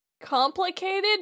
Complicated